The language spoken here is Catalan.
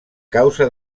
causa